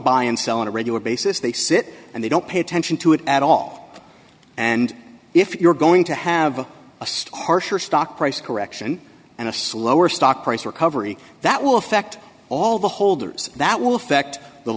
buy and sell on a regular basis they sit and they don't pay attention to it at all and if you're going to have a stock harsher stock price correction and a slower stock price recovery that will affect all the holders that will affect the